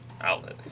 outlet